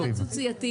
לא רציני,